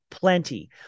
plenty